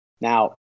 Now